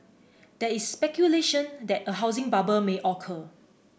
there is speculation that a housing bubble may occur